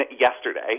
yesterday